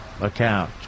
account